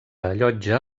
allotja